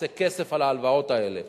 עושה כסף על ההלוואות האלה,